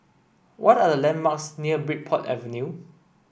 what are the landmarks near Bridport Avenue